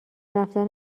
رفتن